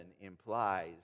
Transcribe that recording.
implies